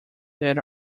that